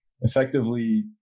effectively